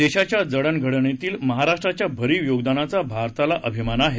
देशाच्या जडणघडणीतील महाराष्ट्राच्या भरीव योगदानाचा भारताला अभिमान आहे